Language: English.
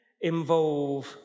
involve